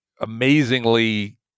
amazingly